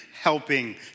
helping